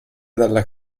dalla